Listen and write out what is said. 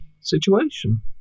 situation